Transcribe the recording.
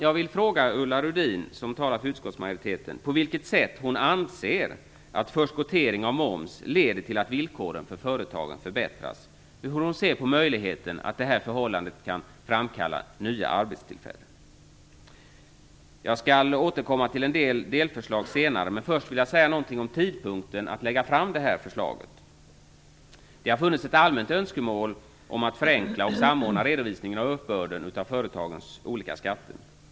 Jag vill fråga Ulla Rudin, som talar för utskottsmajoriteten, på vilket sätt hon anser att förskotteringen av moms leder till att villkoren för företagen förbättras, och hur hon ser på möjligheterna att detta kan leda till nya arbetstillfällen. Jag skall återkomma till en del av delförslagen senare, men först vill jag säga något om tidpunkten att lägga fram detta förslag. Det har funnits ett allmänt önskemål om att förenkla och samordna redovisningen av uppbörden av företagens olika skatter.